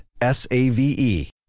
S-A-V-E